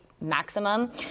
maximum